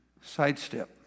sidestep